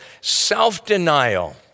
self-denial